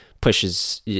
pushes